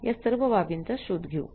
या सर्व बाबींचा शोध घेऊ